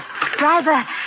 Driver